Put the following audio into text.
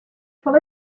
shall